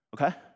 okay